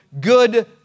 good